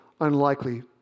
unlikely